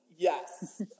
Yes